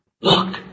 look